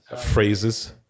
phrases